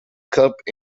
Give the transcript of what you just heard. cup